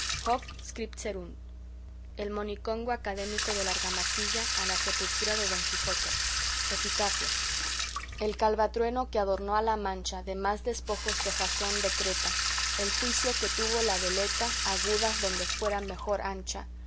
el monicongo académico de la argamasilla a la sepultura de don quijote epitafio el calvatrueno que adornó a la mancha de más despojos que jasón decreta el jüicio que tuvo la veleta aguda donde fuera mejor ancha